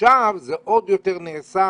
עכשיו זה עוד יותר נעשה.